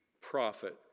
prophet